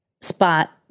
spot